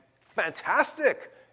Fantastic